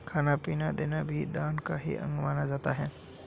खाना पीना देना भी दान का ही अंग माना जाता है